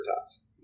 tots